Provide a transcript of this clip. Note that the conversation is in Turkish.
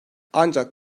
ancak